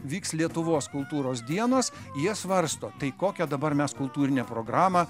vyks lietuvos kultūros dienos jie svarsto tai kokią dabar mes kultūrinę programą